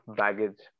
baggage